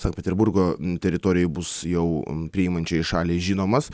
sankt peterburgo teritorijoj bus jau priimančiai šaliai žinomas